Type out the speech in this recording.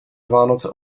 vánoce